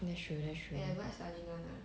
that's true that's true